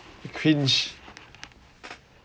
cringe